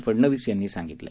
फडनवीस यांनी सांगितलं